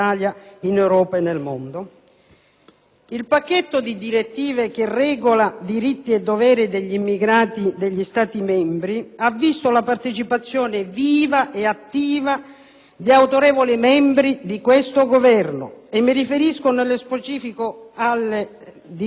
Il pacchetto di direttive che regola diritti e doveri degli immigrati negli Stati membri ha visto la partecipazione viva ed attiva di autorevoli membri di questo Governo. Mi riferisco nello specifico alle dichiarazioni del ministro Frattini,